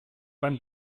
beim